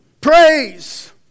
praise